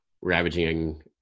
ravaging